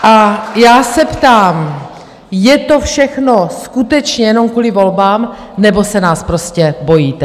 A já se ptám, je to všechno skutečně jenom kvůli volbám, nebo se nás prostě bojíte?